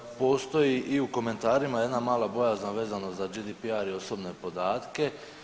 Postoji i u komentarima jedna mala bojazan vezana za GDPR i osobne podatke.